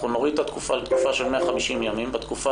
אנחנו נוריד את התקופה לתקופה של 150 ימים ובתקופה